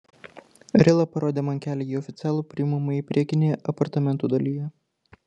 rila parodė man kelią į oficialų priimamąjį priekinėje apartamentų dalyje